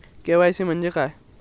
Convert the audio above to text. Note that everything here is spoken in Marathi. के.वाय.सी म्हणजे काय?